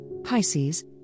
Pisces